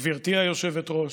גברתי היושבת-ראש,